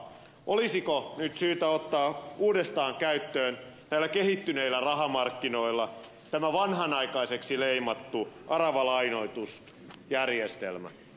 olisiko nyt syytä ottaa uudestaan käyttöön näillä kehittyneillä rahamarkkinoilla tämä vanhanaikaiseksi leimattu aravalainoitusjärjestelmä